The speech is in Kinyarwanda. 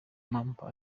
mampa